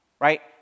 right